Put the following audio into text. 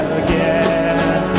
again